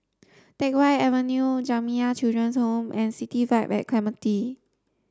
Teck Whye Avenue Jamiyah Children's Home and City Vibe at Clementi